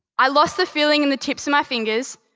i lost the feeling in the tips of my fingers,